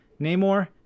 Namor